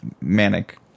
Manic